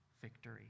victory